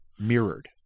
Mirrored